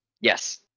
Yes